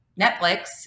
Netflix